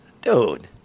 Dude